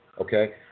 okay